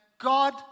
God